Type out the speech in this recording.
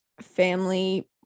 family